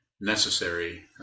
necessary